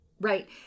Right